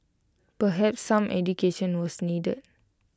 perhaps some education was needed